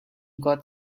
got